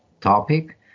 topic